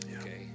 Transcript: okay